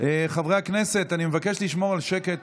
חברי הכנסת, אני מבקש לשמור על שקט.